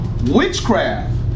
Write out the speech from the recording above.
Witchcraft